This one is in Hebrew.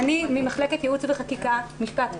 אני ממחלקת ייעוץ וחקיקה, משפט פלילי.